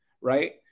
right